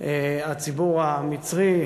הציבור המצרי,